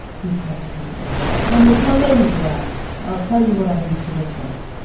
he said, deliberately, when there's no ladies around, i'll tell you what i think she looks like.